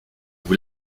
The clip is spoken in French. vous